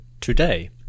Today